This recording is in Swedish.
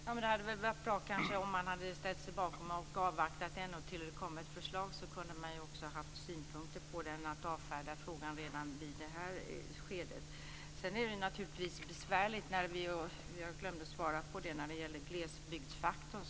Herr talman! Det hade kanske varit bra om man hade avvaktat tills det hade kommit ett förslag. Då hade man kunnat ha synpunkter på det. Nu avfärdas det redan i det här skedet. Jag glömde att svara på frågan om glesbygdsfaktorn.